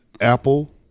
Apple